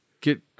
get